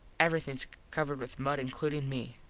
everythings covered with mud includin me.